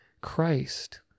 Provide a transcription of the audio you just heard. Christ